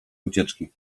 ucieczki